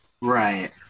Right